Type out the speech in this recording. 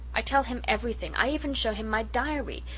i tell him everything i even show him my diary.